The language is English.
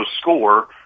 score